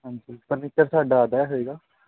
ਹਾਂਜੀ ਫਰਨੀਚਰ ਸਾਡਾ ਆਪਦਾ ਹੋਏਗਾ